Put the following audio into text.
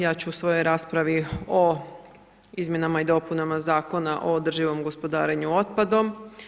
Ja ću u svojoj raspravi o izmjenama i dopunama Zakona o održivog gospodarenju otpadom.